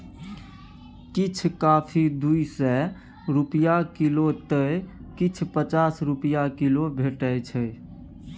किछ कॉफी दु सय रुपा किलौ तए किछ पचास रुपा किलो भेटै छै